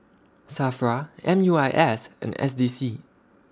SAFRA M U I S and S D C